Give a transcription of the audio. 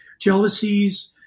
jealousies